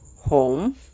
home